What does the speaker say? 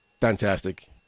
fantastic